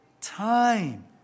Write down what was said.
time